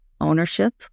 ownership